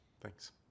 Thanks